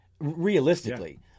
Realistically